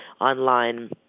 online